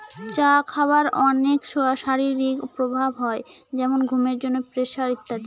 চা খাবার অনেক শারীরিক প্রভাব হয় যেমন ঘুমের জন্য, প্রেসার ইত্যাদি